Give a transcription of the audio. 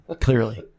clearly